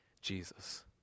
jesus